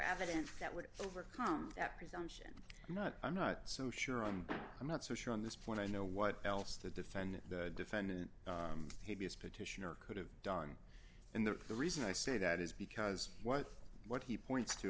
evidence that would overcome that presumption i'm not i'm not so sure and i'm not so sure on this point i know what else the defendant the defendant maybe is petitioner could have done and that the reason i say that is because what what he points to